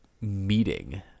meeting